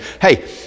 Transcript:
hey